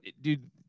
dude